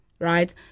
right